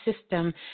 system